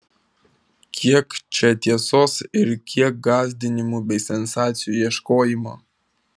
kiek čia tiesos ir kiek gąsdinimų bei sensacijų ieškojimo